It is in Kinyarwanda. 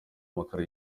amakara